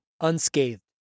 unscathed